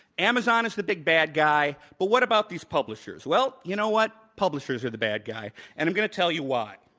amazon is the big bad guy, but what about these publishers? well, you know what? publishers are the bad guy and i'm going to tell you why.